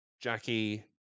Jackie